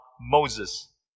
Moses